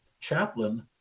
chaplain